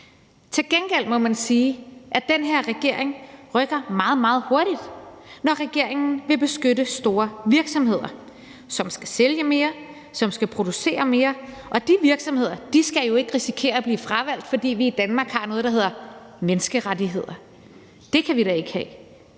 Til gengæld må man sige, at den her regering rykker meget, meget hurtigt, når regeringen vil beskytte store virksomheder, som skal sælge mere, som skal producere mere, og de virksomheder skal jo ikke risikere at blive fravalgt, fordi vi i Danmark har noget, der hedder menneskerettigheder. Det kan vi da ikke have!